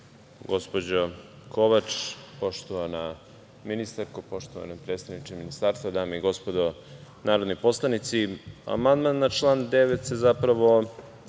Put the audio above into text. Srbije. Poštovana ministarko, poštovani predstavniče ministarstva, dame i gospodo narodni poslanici, amandman na član 9. se zapravo